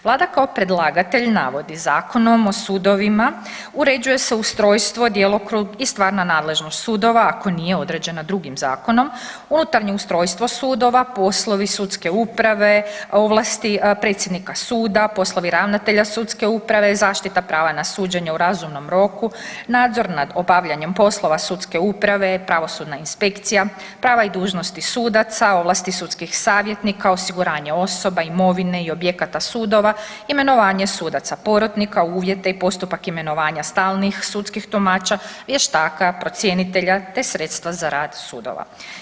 Vlada kao predlagatelj navodi Zakonom o sudovima uređuje se ustrojstvo, djelokrug i stvarna nadležnost sudova ako nije određena drugim zakonom, unutarnje ustrojstvo sudova, poslovi sudske uprave, ovlasti predsjednika suda, poslovi ravnatelja sudske uprave, zaštita prava na suđenje u razumnom roku, nadzor nad obavljanjem poslova sudske uprave, pravosudna inspekcija, prava i dužnosti sudaca, ovlasti sudskih savjetnika, osiguranje osoba, imovine i objekata sudova, imenovanje sudaca porotnika, uvjete i postupak imenovanja stalnih sudskih tumača vještaka, procjenitelja, te sredstva za rad sudova.